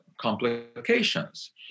complications